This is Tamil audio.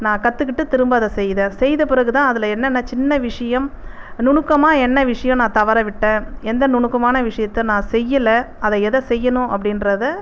நான் கத்துகிட்டு திரும்ப அதை செய்தேன் செய்த பிறகுதான் அதில் என்னென்ன சின்ன விஷயம் நுணுக்கமாக என்ன விஷயம் நான் தவற விட்டேன் எந்த நுணுக்கமான விஷயத்த நான் செய்யல அதை எதை செய்யணும் அப்படின்றதை